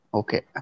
okay